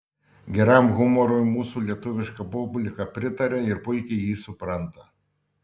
geram humorui mūsų lietuviška publika pritaria ir puikiai jį supranta